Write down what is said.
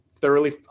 thoroughly